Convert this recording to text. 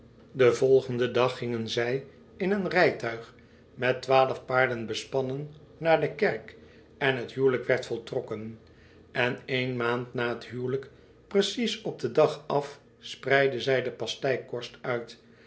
den volgenden dag gingen zij in een rijtuig met twaalf paarden bespannen naar de kerk en t huwelijk werd voltrokken en één maand na t huwelijk precies op den dag af spreidde zij de pasteikorst uit